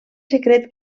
secret